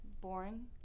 boring